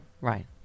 Right